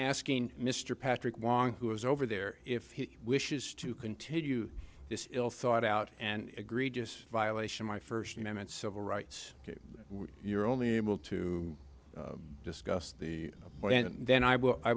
asking mr patrick wong who is over there if he wishes to continue this ill thought out and egregious violation my first amendment civil rights you're only able to discuss the when and then i will i